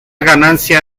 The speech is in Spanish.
ganancia